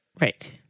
Right